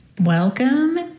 Welcome